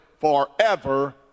forever